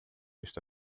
esta